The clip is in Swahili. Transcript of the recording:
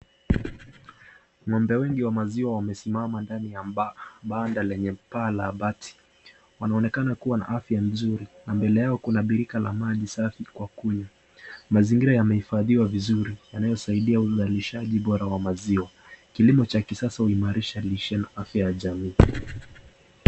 Ngombe wengi wa maziwa wamesimama ndani ya banda lenye paa la bati. Wanaonekana kua na afya nzuri. Mbele yao kuna birika la maji safi kwa kunywa. Mazingira yamehifadhiwa vizuri yanayosaidia uzalishaji bora wa maziwa. Kilimo cha kisasa huimarisha lishe na afya ya jamii.